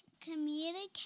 Communicate